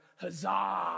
huzzah